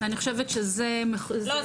אני חושבת שזה --- לא,